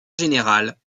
général